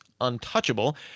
untouchable